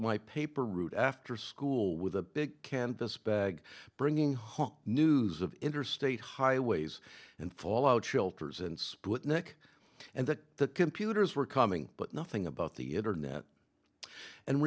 my paper route after school with a big canvas bag bringing home news of interstate highways and fallout shelters and sputnik and that computers were coming but nothing about the internet and